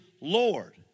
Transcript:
Lord